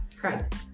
Correct